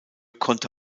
konnte